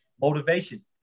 motivation